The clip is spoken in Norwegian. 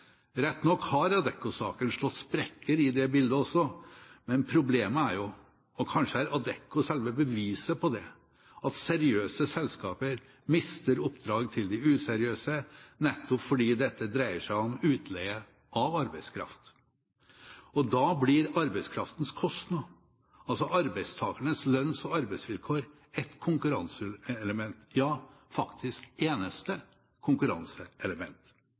Rett nok har Adecco-saken slått sprekker i det bildet også, men problemet er jo – og kanskje er Adecco selve beviset på det – at seriøse selskaper mister oppdrag til de useriøse, nettopp fordi dette dreier seg om utleie av arbeidskraft. Da blir arbeidskraftens kostnad, altså arbeidstakernes lønns- og arbeidsvilkår, et konkurranseelement – ja, faktisk det eneste